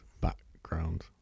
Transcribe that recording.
background